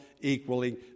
Equally